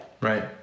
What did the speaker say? Right